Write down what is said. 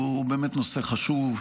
שהוא באמת נושא חשוב,